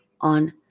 on